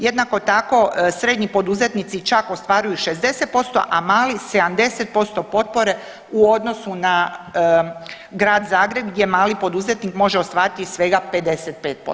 Jednako tako srednji poduzetnici čak ostvaruju 60%, a mali 70% potpore u odnosu na Grad Zagreb gdje mali poduzetnik može ostvariti svega 55% potpore.